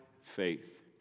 faith